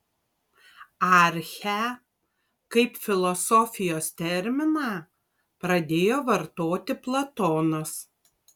archę kaip filosofijos terminą pradėjo vartoti platonas